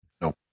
No